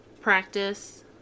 practice